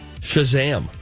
Shazam